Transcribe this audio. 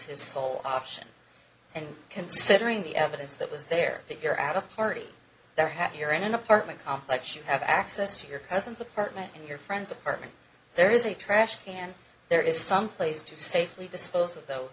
his sole option and considering the evidence that was there figure out a party they're happier in an apartment complex you have access to your cousin's apartment and your friend's apartment there is a trash can there is some place to safely dispose of tho